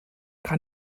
kann